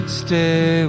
stay